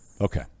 okay